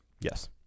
Yes